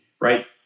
right